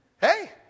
Hey